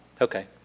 okay